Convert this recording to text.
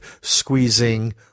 squeezing